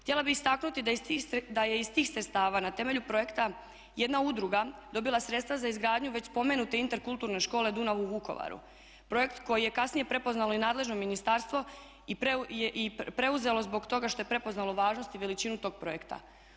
Htjela bih istaknuti da je iz tih sredstava na temelju projekta jedna udruga dobila sredstva za izgradnju već spomenute interkulturne škole Dunav u Vukovaru, projekt koji je kasnije prepoznalo i nadležno ministarstvo i preuzelo zbog toga što je prepoznalo važnost i veličinu tog projekta.